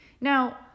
Now